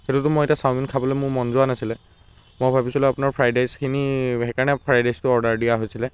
সেইটোটো মই এতিয়া চাওমিন খাবলৈ মোৰ মন যোৱা নাছিলে মই ভাবিছিলোঁ আপোনাৰ ফ্ৰাইড ৰাইচখিনি সেইকাৰণে ফ্ৰাইড ৰাইচটো অৰ্ডাৰ দিয়া হৈছিল